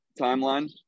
timeline